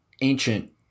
ancient